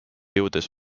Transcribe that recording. jõudes